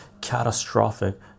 catastrophic